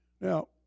Now